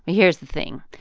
here's the thing.